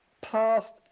past